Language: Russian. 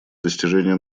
достижения